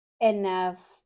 enough